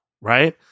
right